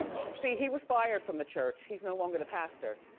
see, he was fired from the church. he's no longer the pastor.